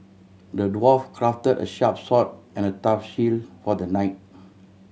the dwarf crafted a sharp sword and a tough shield for the knight